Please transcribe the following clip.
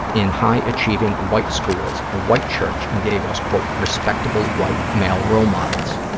in high-achieving white schools, a white church, and gave us, quote, respectable white male role models.